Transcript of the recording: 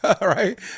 right